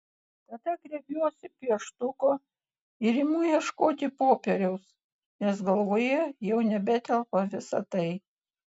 tada griebiuosi pieštuko ir imu ieškoti popieriaus nes galvoje jau nebetelpa visa tai